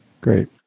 Great